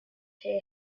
hear